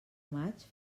maig